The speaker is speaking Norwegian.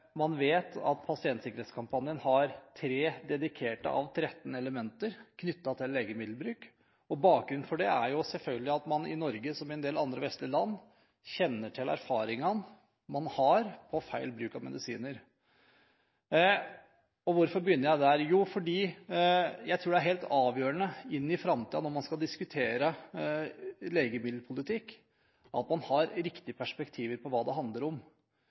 Man vet at pasientsikkerhetskampanjen har tre av 13 dedikerte elementer knyttet til legemiddelbruk, og bakgrunnen for det er selvfølgelig at man i Norge, som i en del andre vestlige land, kjenner til erfaringene man har med feil bruk av medisiner. Hvorfor begynner jeg der? Jo, fordi jeg tror det er helt avgjørende når man skal diskutere legemiddelpolitikk i framtiden, at man har et riktig perspektiv på hva det handler om.